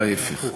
ההפך.